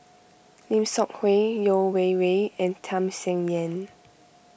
Lim Seok Hui Yeo Wei Wei and Tham Sien Yen